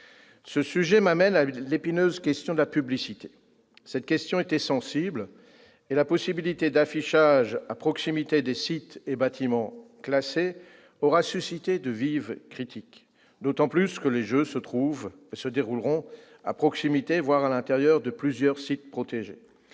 Ce sujet m'amène à l'épineuse question de la publicité. Cette question était sensible et la possibilité d'affichage à proximité des sites et bâtiments classés aura suscité de vives critiques, d'autant plus que les Jeux se dérouleront à proximité, voire à l'intérieur de plusieurs sites protégés.